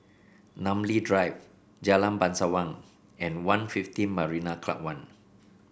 Namly Drive Jalan Bangsawan and One Fifteen Marina Club One